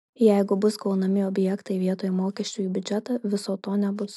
jeigu bus gaunami objektai vietoj mokesčių į biudžetą viso to nebus